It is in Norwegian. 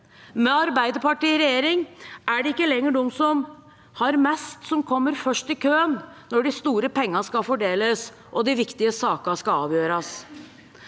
Med Arbeiderpartiet i regjering er det ikke lenger de som har mest, som kommer først i køen når de store pengene skal fordeles og de viktige sakene avgjøres.